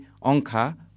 onka